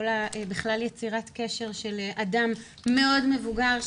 בכלל כל יצירת הקשר של אדם מאוד מבוגר,